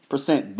Percent